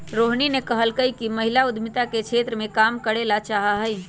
रोहिणी ने कहल कई कि वह महिला उद्यमिता के क्षेत्र में काम करे ला चाहा हई